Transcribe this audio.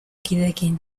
kideekin